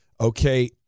Okay